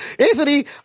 Anthony